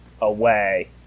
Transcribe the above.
away